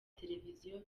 televiziyo